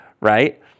right